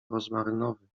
rozmarynowy